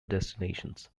destinations